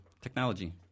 technology